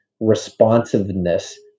responsiveness